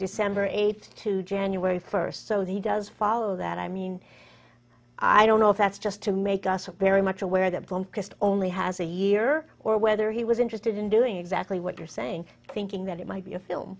december eighth to january first so he does follow that i mean i don't know if that's just to make us very much aware that blomkvist only has a year or whether he was interested in doing exactly what you're saying thinking that it might be a film